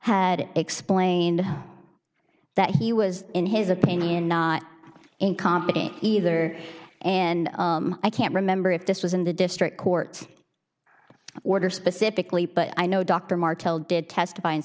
had explained that he was in his opinion not incompetent either and i can't remember if this was in the district court order specifically but i know dr martell did testify and